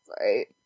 right